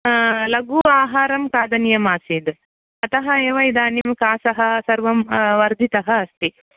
लघु आहारं खादनीयम् आसीत् अतः एव इदानीं खासः सर्वं वर्धितः अस्ति